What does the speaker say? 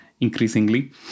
increasingly